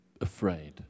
afraid